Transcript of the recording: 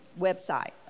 website